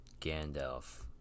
Gandalf